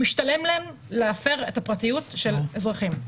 משתלם להן להפר את הפרטיות של אזרחים.